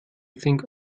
think